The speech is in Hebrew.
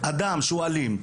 אדם שהוא אלים,